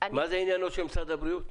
מה זה עניינו של משרד הבריאות?